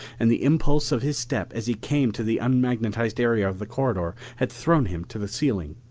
and the impulse of his step as he came to the unmagnetized area of the corridor had thrown him to the ceiling.